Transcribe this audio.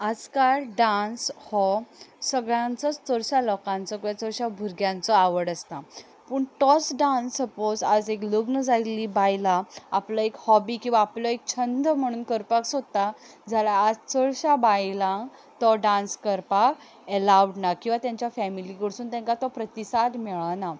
आजकाल डांस हो सगळ्यांचोच चडश्या लोकांचो चडश्या भुरग्यांचो आवड आसता पूण तोच डांस सपोझ आज एक लग्न जाल्ली बायल आसा आपलो एक हॉबी किंवां आपलो एक छंद म्हणून करपाक सोदता जाल्यार आज चडशा बायलांक तो डांस करपाक एलाउड ना किंवां तांच्या फेमिली कडसून तांकां तो प्रतिसाद मेळना